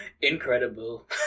incredible